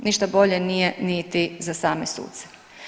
Ništa bolje nije niti za same suce.